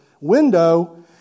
window